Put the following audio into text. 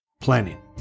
planning